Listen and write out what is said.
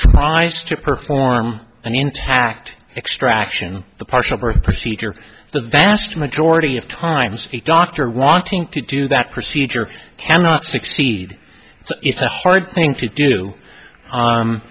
tries to perform an intact extraction the partial birth procedure the vast majority of times the doctor wanting to do that procedure cannot succeed so it's a hard thing to do